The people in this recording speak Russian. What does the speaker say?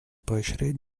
поощрять